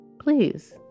Please